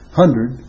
hundred